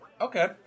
Okay